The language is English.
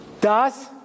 Das